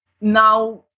now